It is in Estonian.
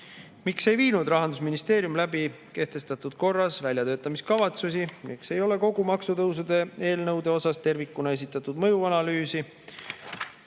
miks ei [teinud] Rahandusministeerium kehtestatud korras väljatöötamiskavatsust. Miks ei ole kogu maksutõusu eelnõude kohta tervikuna esitatud mõjuanalüüsi?